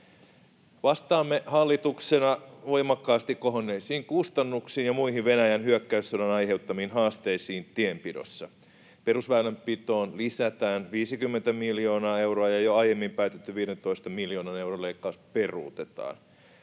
Vastaamme hallituksen voimakkaasti kohonneisiin kustannuksiin ja muihin Venäjän hyökkäyssodan aiheuttamiin haasteisiin tienpidossa. Perusväylänpitoon lisätään 50 miljoonaa euroa ja jo aiemmin päätetty 15 miljoonan euron leikkaus peruutetaan.